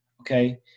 Okay